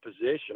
position